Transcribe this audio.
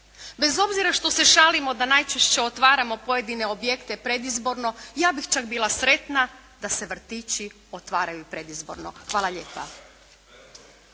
bez obzira što se šalimo da najčešće otvaramo pojedine objekte predizborno, ja bih čak bila sretna da se vrtići otvaraju predizborno. Hvala lijepa.